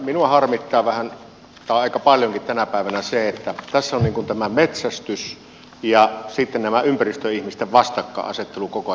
minua harmittaa vähän tai aika paljonkin tänä päivänä se että tässä on metsästys ja ympäristöihmisten vastakkainasettelu koko ajan kasvanut